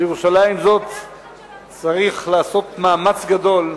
על ירושלים זאת צריך לעשות מאמץ גדול,